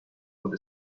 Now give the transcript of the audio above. with